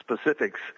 specifics